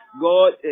God